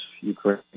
Ukraine